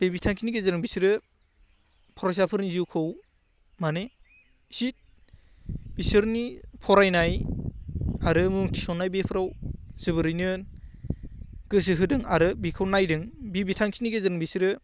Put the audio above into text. बे बिथांखिनि गेजेरजों बिसोरो फरायसाफोरनि जिउखौ मानि थिग बिसोरनि फरायनाय आरो मुं थिसन्नाय बेफ्राव जोबोरैनो गोसो होदों आरो बेखौ नायदों बे बिथांखिनि गेजेरजों बिसोरो